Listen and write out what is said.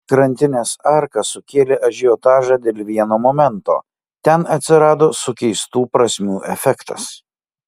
krantinės arka sukėlė ažiotažą dėl vieno momento ten atsirado sukeistų prasmių efektas